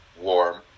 warm